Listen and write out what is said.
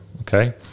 Okay